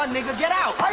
ah nigga, get out!